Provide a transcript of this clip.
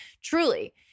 truly